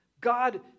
God